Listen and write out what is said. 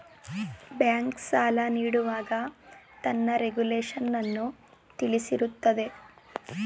bank, ಸಾಲ ನೀಡುವಾಗ ತನ್ನ ರೆಗುಲೇಶನ್ನನ್ನು ತಿಳಿಸಿರುತ್ತದೆ